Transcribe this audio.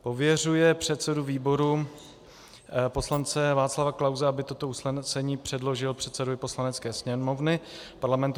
II. pověřuje předsedu výboru poslance Václava Klause, aby toto usnesení předložil předsedovi Poslanecké sněmovny Parlamentu ČR;